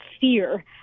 fear